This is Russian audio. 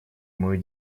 мою